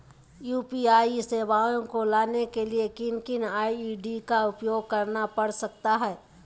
UPI सेवाएं को लाने के लिए किन किन आई.डी का उपयोग करना पड़ सकता है?